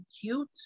cute